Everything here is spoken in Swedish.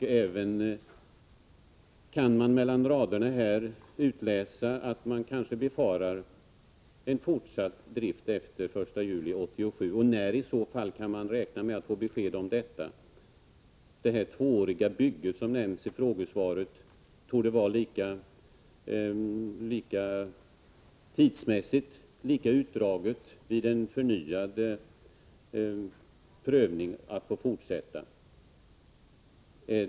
Mellan raderna i jordbruksministerns svar kan man även utläsa, att det kanske befaras en fortsatt drift efter den 1 juli 1987. När kan vi i så fall räkna med att få besked om detta? Det bygge som enligt frågesvaret skulle ta ett par år borde dra ut på tiden lika mycket när det gäller en förnyad ansökan om att få fortsätta.